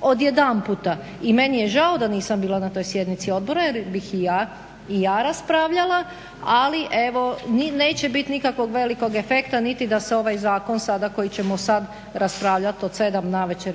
odjedanputa i meni je žao da nisam bila na toj sjednici odbora jer bih i ja raspravljala, ali evo neće bit nikakvog velikog efekta niti da se ovaj zakon sada koji ćemo sad raspravljati od 7 navečer